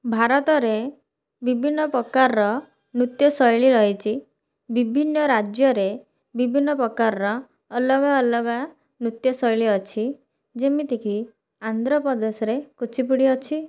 ଭାରତରେ ବିଭିନ୍ନ ପ୍ରକାର ନୃତ୍ୟଶୈଳୀ ରହିଛି ବିଭିନ୍ନ ରାଜ୍ୟରେ ବିଭିନ୍ନ ପ୍ରକାର ଅଲଗା ଅଲଗା ନୃତ୍ୟଶୈଳୀ ଅଛି ଯେମିତିକି ଆନ୍ଧ୍ରପ୍ରଦେଶରେ କୁଚିପୁଡ଼ି ଅଛି